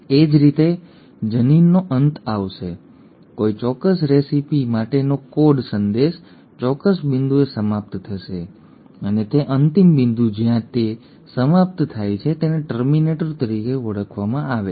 એ જ રીતે જનીનનો અંત આવશે કોઈ ચોક્કસ રેસીપી માટેનો કોડ સંદેશ ચોક્કસ બિંદુએ સમાપ્ત થશે અને તે અંતિમ બિંદુ જ્યાં તે સમાપ્ત થાય છે તેને ટર્મિનેટર તરીકે ઓળખવામાં આવે છે